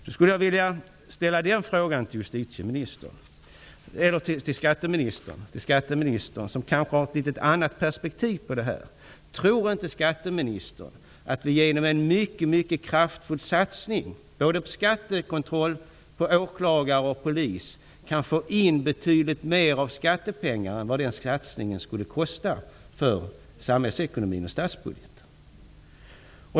Jag skulle vilja ställa en fråga till skatteministern, som kanske har ett annat perspektiv på det här: Tror inte skatteministern att vi genom en mycket kraftfull satsning på både skattekontroll, åklagare och polis kan få in betydligt mer av skattepengar än vad den satsningen skulle kosta för samhällsekonomin och statsbudgeten?